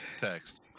text